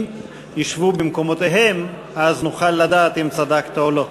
אם ישבו במקומותיהם אז נוכל לדעת אם צדקת או לא.